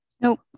Nope